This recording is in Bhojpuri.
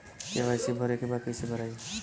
के.वाइ.सी भरे के बा कइसे भराई?